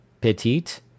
petite